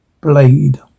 Blade